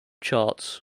charts